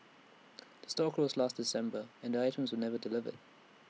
the store closed last December and the items were never delivered